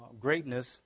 greatness